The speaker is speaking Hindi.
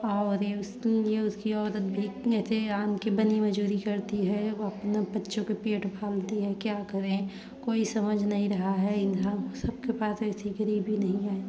और उसी लिए उसकी औरत भी इतने अच्छे आन की बनिओ मजूरी करती है वो अपना बच्चों के पेट पालती है क्या करे कोई समझ नहीं रहा है इंधम सबके पास ऐसी गरीबी नहीं है